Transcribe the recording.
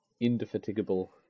indefatigable